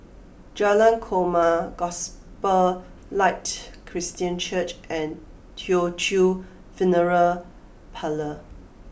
Jalan Korma Gospel Light Christian Church and Teochew Funeral Parlour